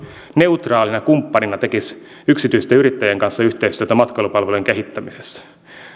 neutraalina kumppanina tekisi yksityisten yrittäjien kanssa yhteistyötä matkailupalvelujen kehittämisessä